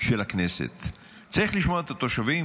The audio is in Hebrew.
של הכנסת, צריך לשמוע את התושבים.